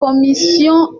commission